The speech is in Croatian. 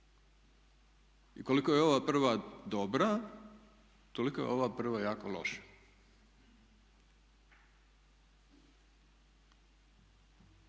I kolika je ova prva dobra, toliko je ova prva jako loša.